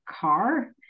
car